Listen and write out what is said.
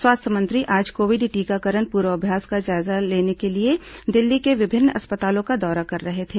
स्वास्थ्य मंत्री आज कोविड टीकाकरण पूर्वाभ्यास का जायजा लेने के लिए दिल्ली के विभिन्न अस्पतालों का दौरा कर रहे थे